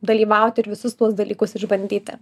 dalyvauti ir visus tuos dalykus išbandyti